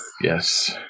Yes